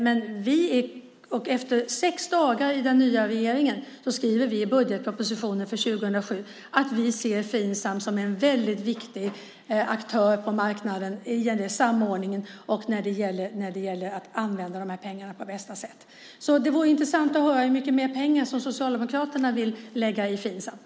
Redan efter sex dagar skrev vi i den nya regeringen i budgetpropositionen för 2007 att vi ser Finsam som en väldigt viktig aktör på marknaden när det gäller samordning och när det gäller att använda dessa pengar på bästa sätt. Det skulle vara intressant att höra hur mycket mer pengar som Socialdemokraterna vill lägga på Finsam.